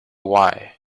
why